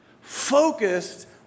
focused